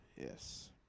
Yes